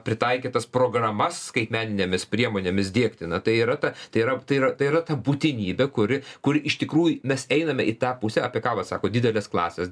pritaikytas programas skaitmeninėmis priemonėmis diegti na tai yra ta tai yra tai yra tai yra ta būtinybė kuri kur iš tikrųjų mes einame į tą pusę apie ka vat sako didelės klasės